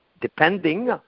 depending